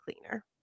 cleaner